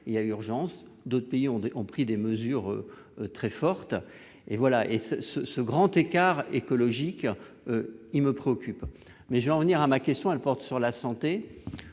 il y a urgence, d'autres pays ont des ont pris des mesures très fortes, et voilà et ce ce, ce grand écart écologique il me préoccupe mais je revenir à ma question, elle porte sur la santé,